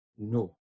No